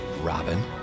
Robin